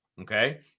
okay